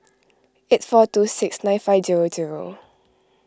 eight four two six nine five zero zero